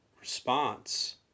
response